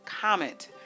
comment